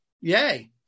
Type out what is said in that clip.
Yay